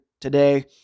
today